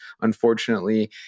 unfortunately